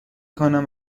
کنم